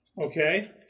Okay